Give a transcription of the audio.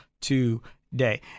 today